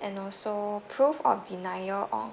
and also proof of denial on